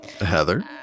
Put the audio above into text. Heather